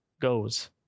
goes